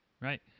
Right